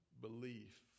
belief